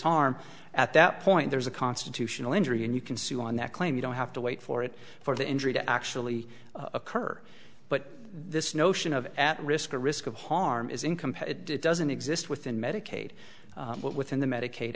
harm at that point there's a constitutional injury and you can sue on that claim you don't have to wait for it for the injury to actually occur but this notion of at risk or risk of harm is incomplete and doesn't exist within medicaid but within the medica